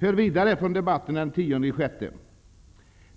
Hör vidare från debatten den 10 juni!